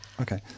Okay